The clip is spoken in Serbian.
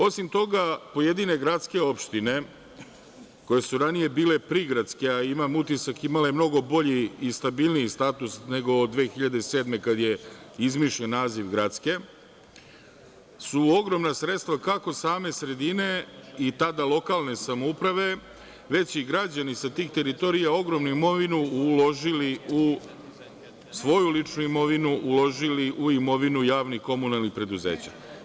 Osim toga pojedine gradske opštine, koje su ranije bile prigradske, a imam utisak, imale mnogo bolji i stabilniji status nego od 2007. godine, kad je izmišljen naziv gradske, su ogromna sredstva kako same sredine, i tada lokalne samouprave, već i građani sa tih teritorija ogromnu imovinu uložili u svoju ličnu imovinu, uložili u imovinu javnih komunalnih preduzeća.